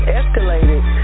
escalated